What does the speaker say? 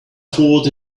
fault